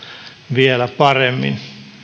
vielä paremmin